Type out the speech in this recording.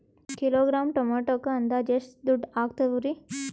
Kilogram ಟೊಮೆಟೊಕ್ಕ ಅಂದಾಜ್ ಎಷ್ಟ ದುಡ್ಡ ಅಗತವರಿ?